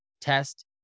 test